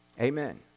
Amen